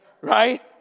Right